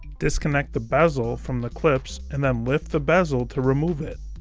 disconnect the bezel from the clips and then lift the bezel to remove it.